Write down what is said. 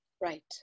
Right